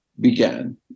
began